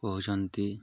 କହୁଛନ୍ତି